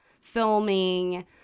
filming